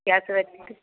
gas വെച്ചിട്ട്